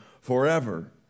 forever